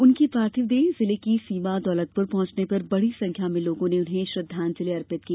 उनकी पार्थिव देह जिले की सीमा दोलतपुर पहंचने पर बड़ी संख्या में लोगों ने उन्हें श्रद्वांजलि दी